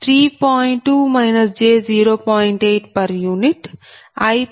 2 j1